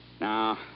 Now